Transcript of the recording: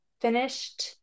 finished